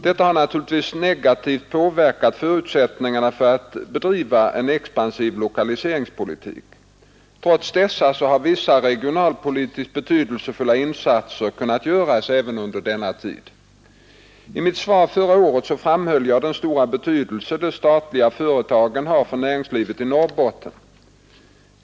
Detta har naturligtvis negativt påverkat förutsättningarna för att bedriva en expansiv lokaliseringspolitik. Trots detta har vissa regionalpolitiskt betydelsefulla insatser kunnat göras även under denna tid. I mitt svar förra året framhöll jag den stora betydelse de statliga företagen har för näringslivet i Norrbotten.